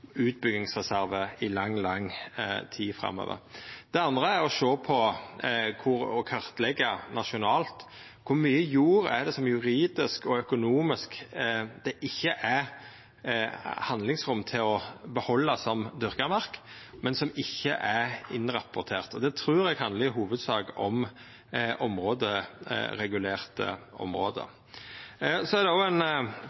i lang, lang tid framover. Det andre er å sjå på og kartleggja nasjonalt kor mykje jord det juridisk og økonomisk ikkje er handlingsrom til å behalda som dyrkamark, men som ikkje er innrapportert. Det trur eg i hovudsak handlar om områderegulerte område.